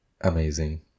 amazing